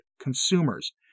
consumers